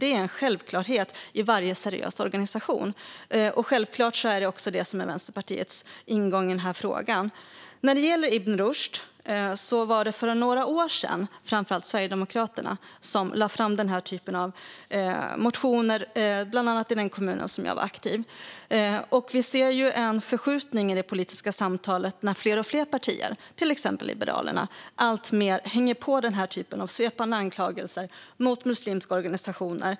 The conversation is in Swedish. Det är en självklarhet i varje seriös organisation. Självklart är det också det som är Vänsterpartiets ingång i denna fråga. När det gäller Ibn Rushd var det för några år sedan framför allt Sverigedemokraterna som lade fram denna typ av motioner, bland annat i den kommun där jag var aktiv. Vi ser en förskjutning i det politiska samtalet när fler och fler partier, till exempel Liberalerna, alltmer hänger på denna typ av svepande anklagelser mot muslimska organisationer.